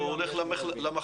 הוא הולך למחלקה?